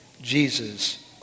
Jesus